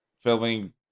filming